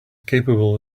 capable